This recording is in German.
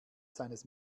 seines